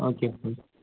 okay sir